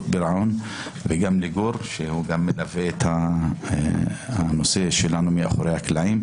פירעון וגם לגור שמלווה את הנושא שלנו מאחורי הקלעים.